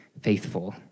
faithful